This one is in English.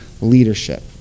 leadership